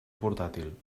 portàtil